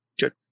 Good